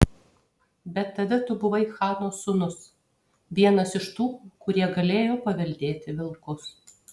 bet tada tu buvai chano sūnus vienas iš tų kurie galėjo paveldėti vilkus